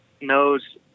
knows